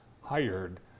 hired